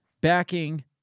backing